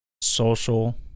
social